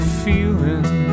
feeling